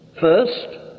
First